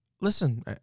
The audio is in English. listen